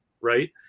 Right